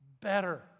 better